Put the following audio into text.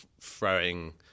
throwing